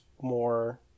more